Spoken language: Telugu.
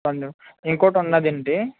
ఇంకోకటి ఉన్నాదండి